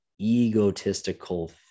egotistical